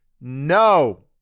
no